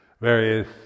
various